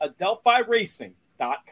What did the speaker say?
Adelphiracing.com